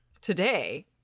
today